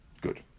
good